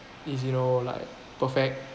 is you know like perfect